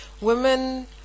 women